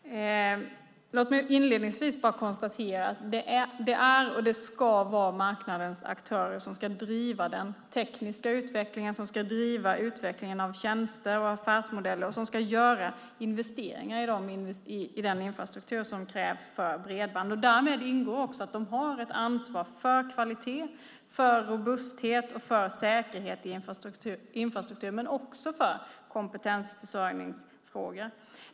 Herr talman! Låt mig inledningsvis konstatera att det är och ska vara marknadens aktörer som ska driva den tekniska utvecklingen och utvecklingen av tjänster och i dag göra investeringar i den infrastruktur som krävs för bredband. Därmed har de också ett ansvar för kvalitet, robusthet och säkerhet i infrastruktur men också för kompetensförsörjningsfrågor.